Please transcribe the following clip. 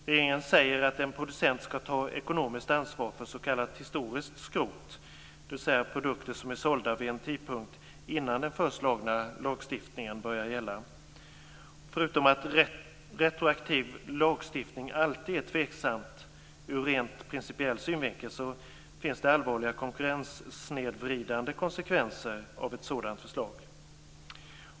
Regeringen säger att en producent skall ta ekonomisk ansvar för s.k. historiskt skrot, dvs. produkter som är sålda innan den föreslagna lagstiftningen börjar gälla. Förutom att retroaktiv lagstiftning alltid är tveksam ur rent principiell synvinkel finns det allvarliga konkurrenssnedvridande konsekvenser med ett sådant förslag.